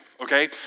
okay